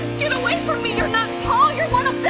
get away from me, you're not paul! you're one